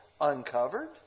uncovered